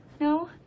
No